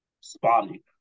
spotty